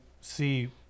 see